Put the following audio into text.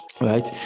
right